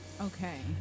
Okay